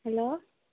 hello